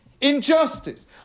injustice